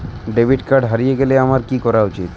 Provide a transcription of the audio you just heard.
Debit card হারিয়ে গেলে আমার কি করা উচিৎ?